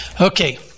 Okay